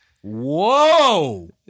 Whoa